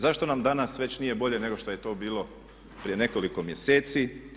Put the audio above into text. Zašto nam danas već nije bolje nego što je to bilo prije nekoliko mjeseci?